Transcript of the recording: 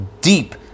deep